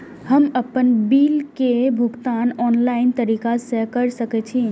हम आपन बिल के भुगतान ऑनलाइन तरीका से कर सके छी?